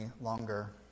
longer